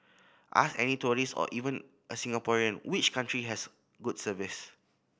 ask any tourist or even a Singaporean which country has good service